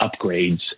upgrades